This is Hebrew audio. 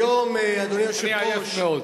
אני עייף מאוד.